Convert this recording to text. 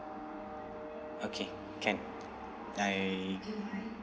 okay can I